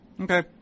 Okay